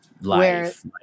Life